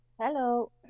Hello